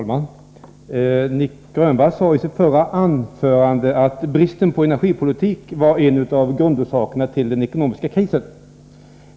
Fru talman! Nic Grönvall sade i sitt förra anförande att bristen på energipolitik var en av grundorsakerna till den ekonomiska krisen.